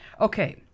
Okay